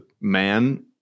man